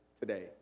today